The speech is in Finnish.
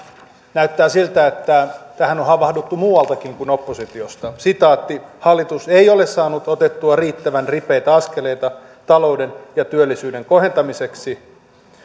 näyttää siltä että tähän on havahduttu muualtakin kuin oppositiosta hallitus ei ole saanut otettua riittävän ripeitä askeleita talouden ja työllisyyden kohentamiseksi